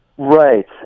Right